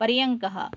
पर्यङ्कः